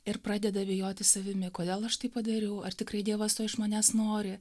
ir pradeda abejoti savimi kodėl aš tai padariau tikrai dievas to iš manęs nori